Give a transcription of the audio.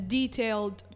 detailed